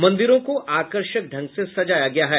मंदिरों को आकर्षक ढंग से सजाया गया है